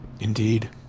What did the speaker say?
Indeed